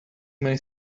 many